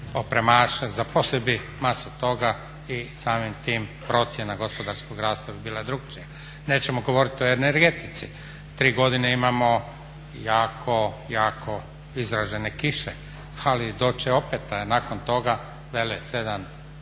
opremaše, zaposlili bi masu toga i samim tim procjena gospodarskog rasta bi bila drukčija. Nećemo govoriti o energetici. Tri godine imamo jako, jako izražene kiše, ali doći će opet nakon toga vele 7